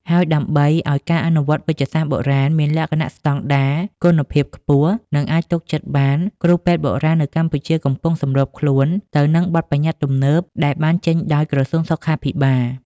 ហើយដើម្បីឱ្យការអនុវត្តវេជ្ជសាស្ត្របុរាណមានលក្ខណៈស្តង់ដារ គុណភាពខ្ពស់ និងអាចទុកចិត្តបាន គ្រូពេទ្យបុរាណនៅកម្ពុជាក៏កំពុងសម្របខ្លួនទៅនឹងបទប្បញ្ញត្តិទំនើបដែលបានដាក់ចេញដោយក្រសួងសុខាភិបាល។